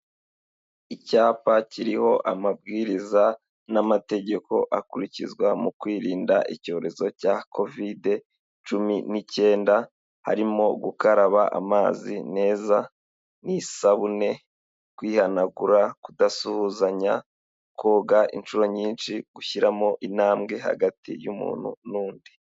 Icyapa kiriho amabwiriza n'amategeko akurikizwa mu kwirinda icyorezo cya covid cumi n'icyenda, harimo gukaraba amazi neza n'isabune, kwihanagura, kudasuhuzanya, koga inshuro nyinshi, gushyiramo intambwe hagati y'umuntu n'undi.